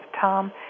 Tom